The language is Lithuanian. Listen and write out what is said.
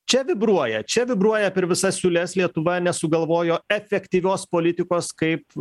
čia vibruoja čia vibruoja per visas siūles lietuva nesugalvojo efektyvios politikos kaip